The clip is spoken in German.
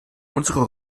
unsere